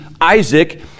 Isaac